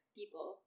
people